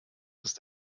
ist